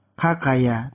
kakaya